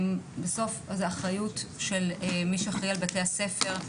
בסוף זו אחריות של מי שאחראי על בתי הספר.